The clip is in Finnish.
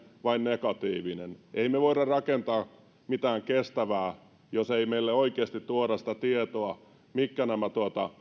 vai negatiivista emme me voi rakentaa mitään kestävää jos ei meille oikeasti tuoda sitä tietoa mitkä nämä